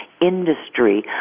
industry